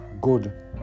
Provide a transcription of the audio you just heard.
good